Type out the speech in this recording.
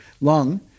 lung